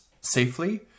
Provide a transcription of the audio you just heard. safely